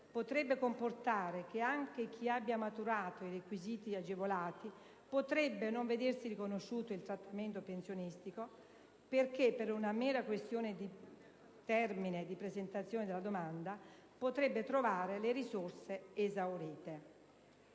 potrebbe comportare che anche chi abbia maturato i requisiti agevolati potrebbe non vedersi riconosciuto il trattamento pensionistico perché, per una mera questione di termine di presentazione della domanda, potrebbe trovare le risorse esaurite.